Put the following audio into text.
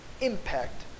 impact